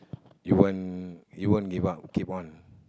you won't you won't give up keep on